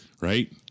right